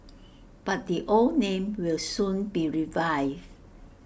but the old name will soon be revived